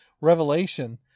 revelation